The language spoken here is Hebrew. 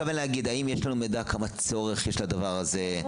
אני מתכוון להגיד האם יש לנו מידע כמה צורך יש לדבר הזה,